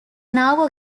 now